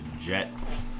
Jets